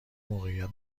موقعیت